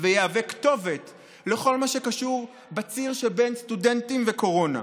ויהווה כתובת בכל מה שקשור בציר שבין סטודנטים וקורונה.